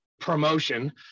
promotion